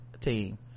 team